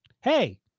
Hey